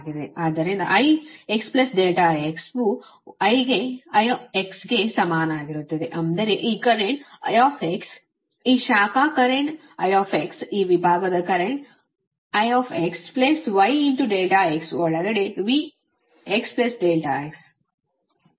ಆದ್ದರಿಂದ I x ∆x ವು I ಗೆ ಸಮಾನವಾಗಿರುತ್ತದೆ ಅಂದರೆ ಈ ಕರೆಂಟ್ I ಈ ಶಾಖೆ ಕರೆಂಟ್ I ಈ ವಿಭಾಗದ ಕರೆಂಟ್ I y ∆x ಒಳಗೆ V x ∆x